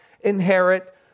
inherit